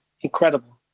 incredible